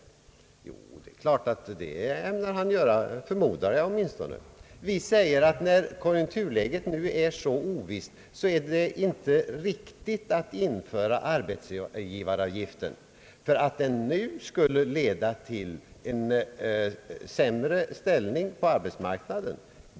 Det är klart att han ämnar göra det, förmodar jag åtminstone. Vi säger att det, när konjunkturläget nu är så ovisst, inte är riktigt att införa denna arbetsgivaravgift, eftersom den skulle leda till en försämring på arbetsmarknaden.